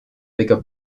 bigger